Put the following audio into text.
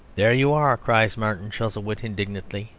there you are! cries martin chuzzlewit indignantly,